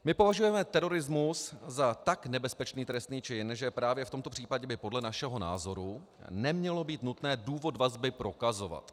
My považujeme terorismus za tak nebezpečný trestný čin, že právě v tomto případě by podle našeho názoru nemělo být nutné důvod vazby prokazovat.